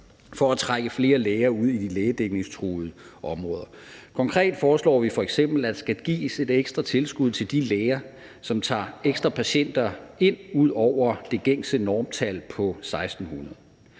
for at trække flere læger ud i de lægedækningstruede områder. Konkret foreslår vi f.eks., at der skal gives et ekstra tilskud til de læger, som tager ekstra patienter ud over det gængse normtal på 1.600.